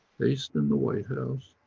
based in the white house,